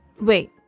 Wait